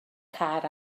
car